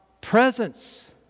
presence